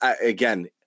again